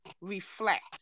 reflect